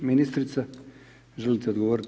Ministrica želite odgovorit?